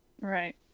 Right